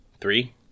three